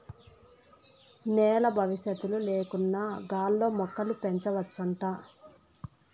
నేల బవిసత్తుల లేకన్నా గాల్లో మొక్కలు పెంచవచ్చంట